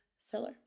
seller